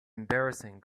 embarrassing